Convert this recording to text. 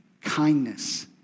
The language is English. kindness